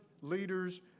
leaders